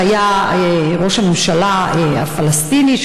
שהיה ראש הממשלה הפלסטיני,